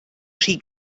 rhy